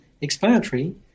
explanatory